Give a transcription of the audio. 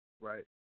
Right